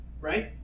right